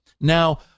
Now